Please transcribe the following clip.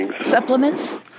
Supplements